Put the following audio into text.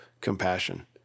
compassion